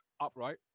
upright